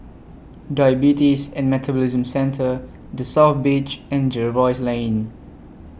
Diabetes and Metabolism Centre The South Beach and Jervois Lane